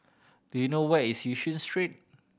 do you know where is Yishun Street